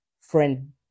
friend